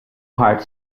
part